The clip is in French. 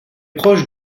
proche